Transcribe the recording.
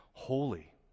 holy